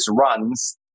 runs